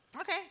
Okay